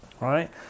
right